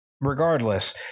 regardless